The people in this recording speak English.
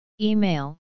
Email